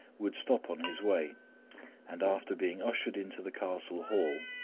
would stop on his way and after being ushered into the castle-hall,